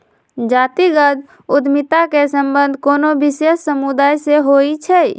जातिगत उद्यमिता के संबंध कोनो विशेष समुदाय से होइ छै